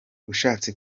ushatse